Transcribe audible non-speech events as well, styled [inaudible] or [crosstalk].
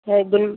[unintelligible]